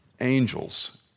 angels